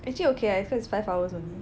actually okay ah so it's five hours only